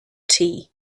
tea